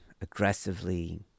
aggressively